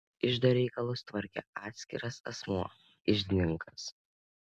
iždo reikalus tvarkė atskiras asmuo iždininkas